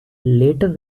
later